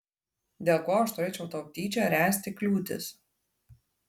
dėl ko aš turėčiau tau tyčia ręsti kliūtis